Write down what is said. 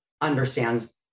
understands